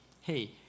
hey